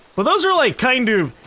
but those are like kind of,